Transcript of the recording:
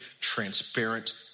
transparent